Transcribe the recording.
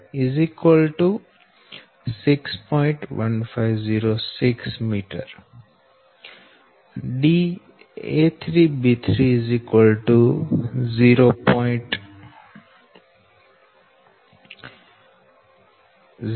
1506 m da3b3 0